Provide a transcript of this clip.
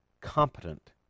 competent